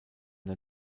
der